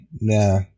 nah